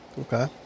Okay